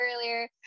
earlier